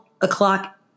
o'clock